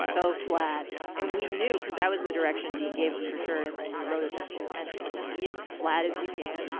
so flat, yeah. and we knew, cause that was the direction dean gave him for sure, and when we wrote it, that's the intention, like, be as flat as you can,